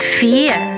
fear